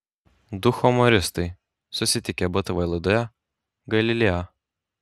du humoristai susitikę btv laidoje galileo